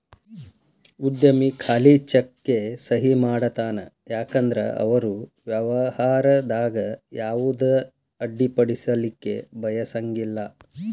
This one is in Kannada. ಉದ್ಯಮಿ ಖಾಲಿ ಚೆಕ್ಗೆ ಸಹಿ ಮಾಡತಾನ ಯಾಕಂದ್ರ ಅವರು ವ್ಯವಹಾರದಾಗ ಯಾವುದ ಅಡ್ಡಿಪಡಿಸಲಿಕ್ಕೆ ಬಯಸಂಗಿಲ್ಲಾ